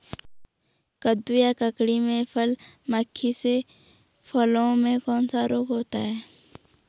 कद्दू या ककड़ी में फल मक्खी से फलों में कौन सा रोग होता है?